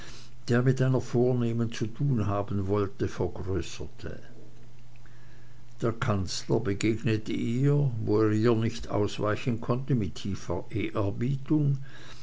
der mit einer vornehmen zu tun haben wollte vergrößerte der kanzler begegnete ihr wo er ihr nicht ausweichen konnte mit tiefer